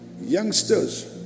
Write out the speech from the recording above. youngsters